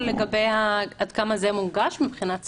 עד כמה זה מונגש מבחינת שפות?